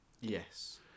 Yes